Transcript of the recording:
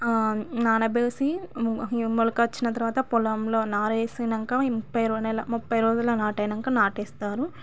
నానబెట్టి మొలక వచ్చిన తర్వాత పొలంలో నారేసినాకా ముప్పై ముప్పై రోజులు నాటైనాక నాటేస్తారు